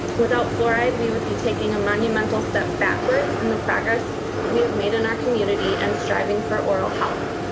without fluoride, we would be taking a monumental step backwards in the progress we have made in our community in and striving for oral health.